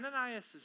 Ananias